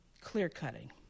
clear-cutting